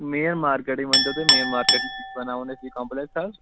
main مارکیٹٕے مٲنۍتَو تُہۍ مین مارکیٹٕے چھُ بَناوُن اسہِ یہِ کَمپٕلیکٕس حظ